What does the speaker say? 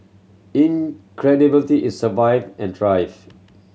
it survived and thrive